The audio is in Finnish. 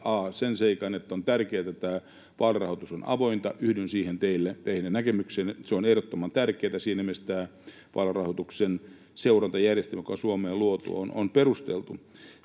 sen seikan, että on tärkeätä, että vaalirahoitus on avointa. Yhdyn siihen teidän näkemykseenne. Se on ehdottoman tärkeätä. Siinä mielessä tämä vaalirahoituksen seurantajärjestelmä, joka on Suomeen luotu, on perusteltu.